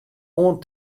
oan